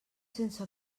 sense